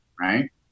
right